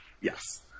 Yes